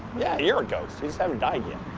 yeah, you're a ghost. you just haven't died yet.